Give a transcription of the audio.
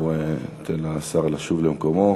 ניתן לשר לשוב למקומו.